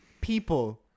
people